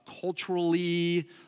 culturally